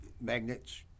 magnets